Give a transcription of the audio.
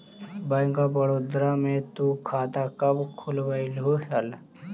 bank of Baroda में तु खाता कब खुलवैल्ही हल